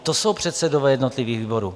To jsou předsedové jednotlivých výborů.